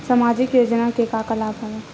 सामाजिक योजना के का का लाभ हवय?